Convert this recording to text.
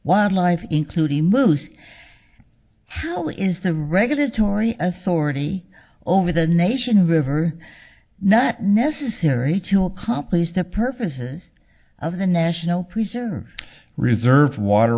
wildlife including moose however is the regulatory authority over the nation of ivar not necessary to accomplish to purposes of the national preserve reserves water